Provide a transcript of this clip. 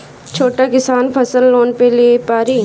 छोटा किसान फसल लोन ले पारी?